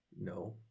No